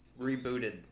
rebooted